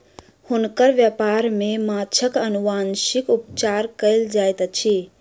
हुनकर व्यापार में माँछक अनुवांशिक उपचार कयल जाइत अछि